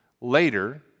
later